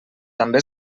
també